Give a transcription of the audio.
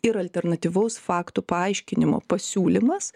ir alternatyvaus faktų paaiškinimo pasiūlymas